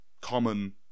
common